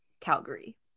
Calgary